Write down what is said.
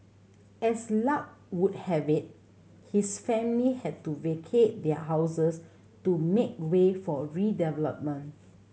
as luck would have it his family had to vacate their houses to make way for redevelopment